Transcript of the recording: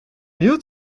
hield